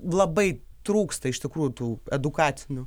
labai trūksta iš tikrųjų tų edukacinių